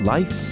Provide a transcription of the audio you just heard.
Life